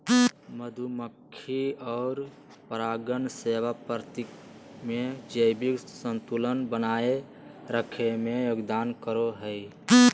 मधुमक्खी और परागण सेवा प्रकृति में जैविक संतुलन बनाए रखे में योगदान करो हइ